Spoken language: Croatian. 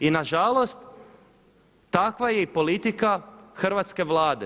I na žalost takva je i politika hrvatske Vlade.